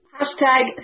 hashtag